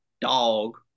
Dog